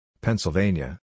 Pennsylvania